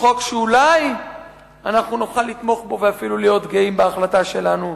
חוק שאולי אנחנו נוכל לתמוך בו ואפילו להיות גאים בהחלטה שלנו.